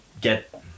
get